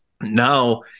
Now